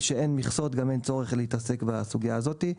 משאין מכסות גם אין צורך להתעסק בסוגיה הזאת.